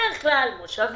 בדרך כלל במושבים,